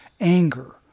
anger